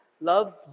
love